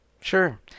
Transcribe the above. Sure